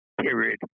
period